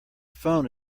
phone